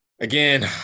Again